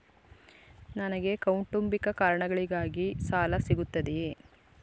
ನನಗೆ ಕೌಟುಂಬಿಕ ಕಾರಣಗಳಿಗಾಗಿ ಸಾಲ ಸಿಗುತ್ತದೆಯೇ?